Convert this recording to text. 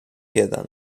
jeden